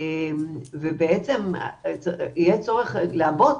ובעצם יהיה צורך לעבות,